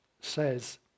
says